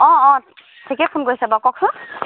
অঁ অঁ ঠিকে ফোন কৰিছে বাৰু কওকচোন